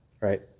Right